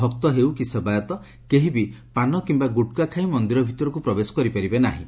ଭକ୍ତ ହେଉ କି ସେବାୟତ କେହି ବି ପାନ କିମ୍ଘା ଗୁଟ୍ଖା ଖାଇ ମନ୍ଦିର ଭିତରକୁ ପ୍ରବେଶ କରିପାରିବେ ନାହିଁ